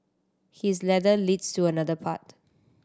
his ladder leads to another part